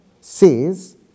says